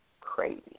crazy